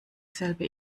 selbe